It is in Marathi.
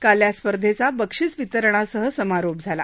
काल या स्पर्धेचा बक्षिस वितरणासह समारोप झाला